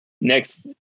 next